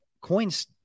coins